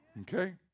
Okay